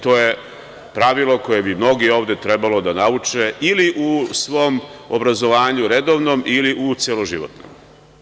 To je pravilo koje bi mnogi ovde trebalo da nauče ili u svom obrazovanju redovnom ili u celoživotnom.